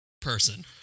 person